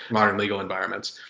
modern legal environments.